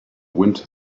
wind